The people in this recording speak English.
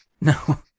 No